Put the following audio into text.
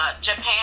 japan